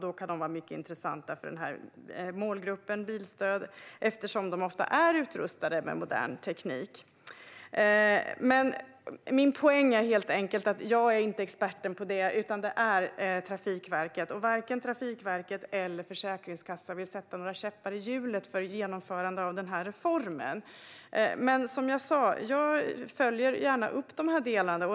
Då kan de vara mycket intressanta för denna målgrupp med bilstöd, eftersom dessa bilar ofta är utrustade med modern teknik. Min poäng är helt enkelt att jag inte är expert på detta, utan det är Trafikverket. Varken Trafikverket eller Försäkringskassan vill sätta några käppar i hjulet för ett genomförande av denna reform. Som jag sa följer jag gärna upp dessa delar.